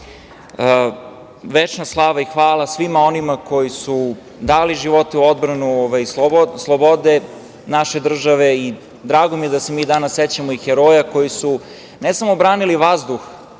pale. Večna slava i hvala svima onima koji su dali živote u odbranu slobode naše države i drago mi je da se mi danas sećamo i heroja koji su ne samo branili vazdušni